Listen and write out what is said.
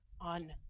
on